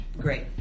Great